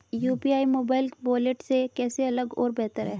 UPI mobile wallet से कैसे अलग और बेहतर है?